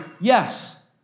yes